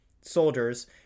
soldiers